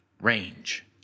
Range